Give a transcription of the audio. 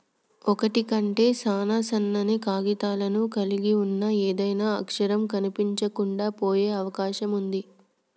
ఒకటి కంటే సాన సన్నని కాగితాలను కలిగి ఉన్న ఏదైనా అక్షరం కనిపించకుండా పోయే అవకాశం ఉంది